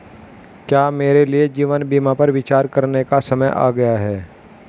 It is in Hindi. क्या मेरे लिए जीवन बीमा पर विचार करने का समय आ गया है?